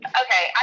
okay